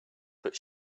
but